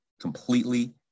completely